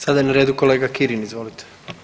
Sada je na redu kolega Kirin, izvolite.